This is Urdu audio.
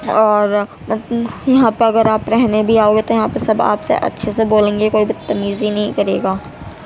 اور مطلب یہاں پہ اگر آپ رہنے بھی آؤ گے تو یہاں پر سب آپ سے اچھے سے بولیں گے کوئی بدتمیزی نہیں کرے گا